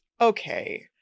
okay